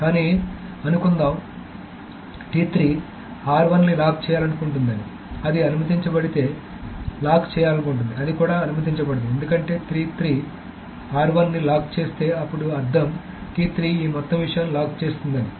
కానీఅనుకుందాం ని లాక్ చేయాలనుకుంటుందని అది అనుమతించ బడితే లాక్ చేయాలనుకుంటుంది అది కూడా అనుమతించబడదు ఎందుకంటే ని లాక్ చేస్తే అప్పుడు అర్థం ఈ మొత్తం విషయాన్ని లాక్ చేస్తుందని